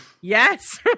yes